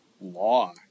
law